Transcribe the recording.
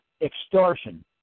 extortion